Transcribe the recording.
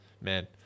man